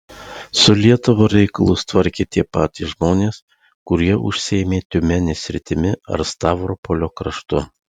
su lietuva reikalus tvarkė tie patys žmonės kurie užsiėmė tiumenės sritimi ar stavropolio kraštu